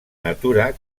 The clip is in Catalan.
natura